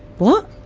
what?